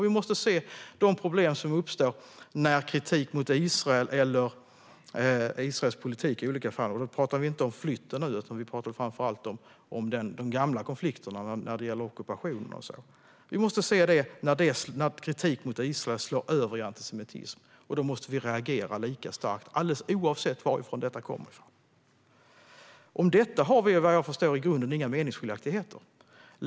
Vi måste också se de problem som uppstår när kritik mot Israel eller Israels politik i olika fall - då talar vi inte om flytten, utan vi talar framför allt om de gamla konflikterna när det gäller ockupation och så vidare - slår över i antisemitism. Då måste vi reagera lika starkt, alldeles oavsett varifrån detta kommer. Vad jag förstår har vi i grunden inga meningsskiljaktigheter om detta.